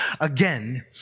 again